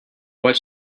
what